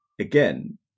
again